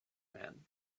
man